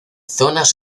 zonas